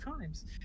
times